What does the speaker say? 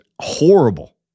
horrible